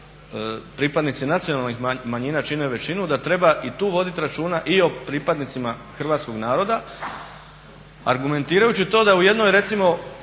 pripadnici nacionalnih manjina čine većinu da treba i tu voditi računa i o pripadnicima hrvatskog naroda argumentirajući to da je u jednoj recimo